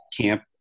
camp